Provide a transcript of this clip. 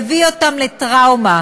יביא אותם לטראומה,